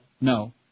No